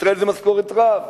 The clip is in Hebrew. בישראל זו משכורת רעב.